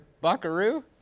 buckaroo